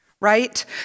right